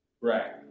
Right